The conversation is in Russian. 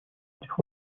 этих